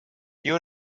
you